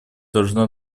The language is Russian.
должна